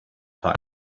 time